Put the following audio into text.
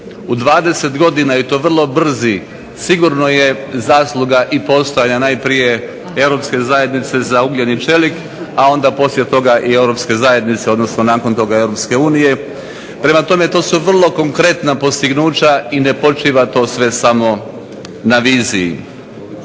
u 20 godina, i to vrlo brzi sigurno je zasluga i …/Govornik se ne razumije./… najprije europske zajednice za ugljen i čelik, a onda poslije toga i europske zajednice, odnosno nakon toga Europske unije, prema tome to su vrlo konkretna postignuća i ne počiva to sve samo na viziji.